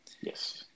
Yes